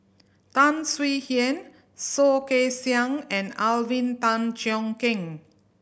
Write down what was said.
Tan Swie Hian Soh Kay Siang and Alvin Tan Cheong Kheng